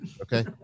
Okay